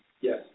Yes